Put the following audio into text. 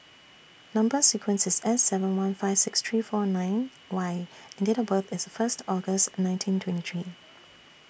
Number sequence IS S seven one five six three four nine Y and Date of birth IS First August nineteen twenty three